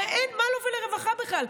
הרי מה לו ולרווחה בכלל?